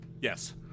Yes